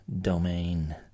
domain